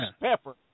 Pepper